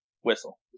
Whistle